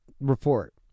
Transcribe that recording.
report